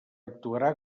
actuarà